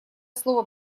слово